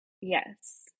Yes